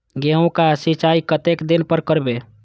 गेहूं का सीचाई कतेक दिन पर करबे?